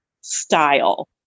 style